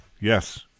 Yes